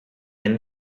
and